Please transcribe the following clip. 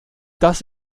das